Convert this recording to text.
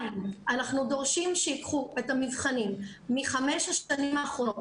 אנחנו דורשים שייקחו את המבחנים מחמש השנים האחרונות,